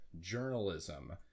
Journalism